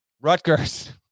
Rutgers